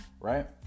right